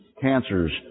cancers